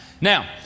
Now